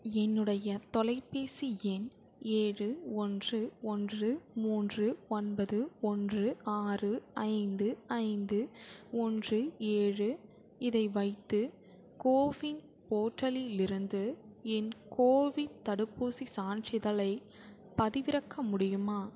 என்னுடைய தொலைபேசி எண் ஏழு ஒன்று ஒன்று மூன்று ஒன்பது ஒன்று ஆறு ஐந்து ஐந்து ஒன்று ஏழு இதை வைத்து கோவின் போர்ட்டலிலிருந்து என் கோவிட் தடுப்பூசிச் சான்றிதழைப் பதிவிறக்க முடியுமா